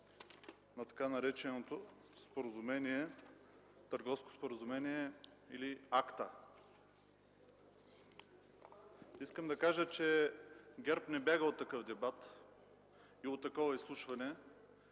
на така нареченото търговско споразумение или АСТА. Искам да кажа, че ГЕРБ не бяга от такъв дебат и такова изслушване